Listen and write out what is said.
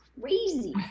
crazy